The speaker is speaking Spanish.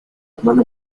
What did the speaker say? hermana